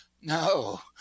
No